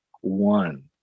one